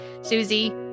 Susie